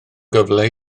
gyfle